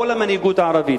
כל המנהיגות הערבית,